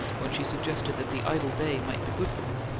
when she suggested that the idle day might be good for him.